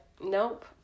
Nope